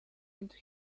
into